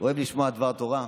אוהב לשמוע דבר תורה,